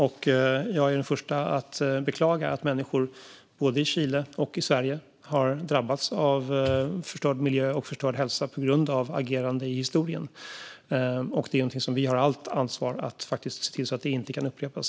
Jag är den förste att beklaga att människor både i Chile och i Sverige har drabbats av förstörd miljö och förstörd hälsa på grund av agerande i historien. Vi har allt ansvar att se till att det inte kan upprepas.